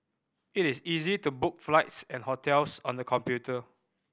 it is easy to book flights and hotels on the computer